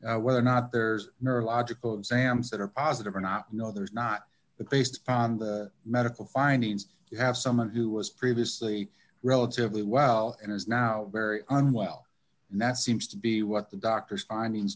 then whether or not there's neurological exams that are positive or not you know there's not that based upon the medical findings you have someone who was previously relatively well and is now very unwell and that seems to be what the doctors findings